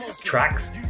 tracks